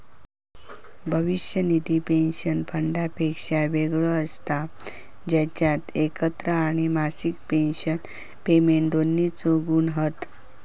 भविष्य निधी पेंशन फंडापेक्षा वेगळो असता जेच्यात एकत्र आणि मासिक पेंशन पेमेंट दोन्हिंचे गुण हत